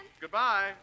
Goodbye